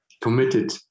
committed